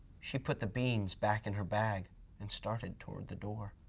she put the beans back in her bag and started toward the door.